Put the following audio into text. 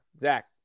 Zach